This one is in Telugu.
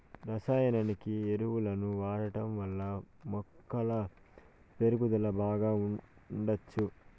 రసాయనిక ఎరువులను వాడటం వల్ల మొక్కల పెరుగుదల బాగా ఉండచ్చు